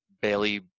Bailey